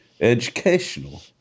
Educational